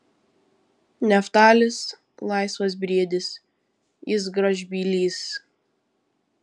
neftalis laisvas briedis jis gražbylys